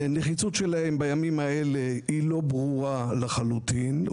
הנחיצות שלהם בימים האלה לא ברורה לחלוטין,